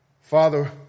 Father